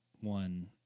one